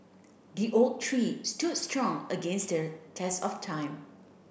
the oak tree stood strong against the test of time